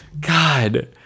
god